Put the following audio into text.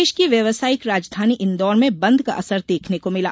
प्रदेश की व्यावसायिक राजधानी इंदौर में बंद का असर देखने को मिला